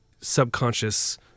subconscious